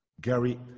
Gary